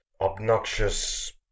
obnoxious